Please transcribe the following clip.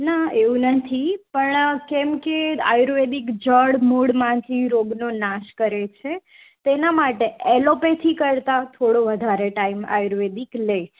ના એવું નથી પણ કેમ કે આયુર્વેદિક જડમૂળમાંથી રોગનો નાશ કરે છે તેનાં માટે એલોપેથી કરતા થોડો વધારે ટાઈમ આયુર્વેદિક લે છે